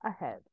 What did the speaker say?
ahead